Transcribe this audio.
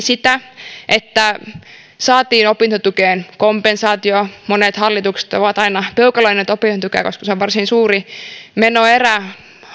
sitä että saatiin opintotukeen kompensaatio monet hallitukset ovat aina peukaloineet opintotukea koska se on varsin suuri menoerä